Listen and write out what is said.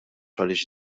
għaliex